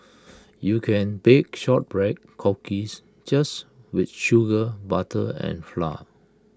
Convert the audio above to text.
you can bake Shortbread Cookies just with sugar butter and flour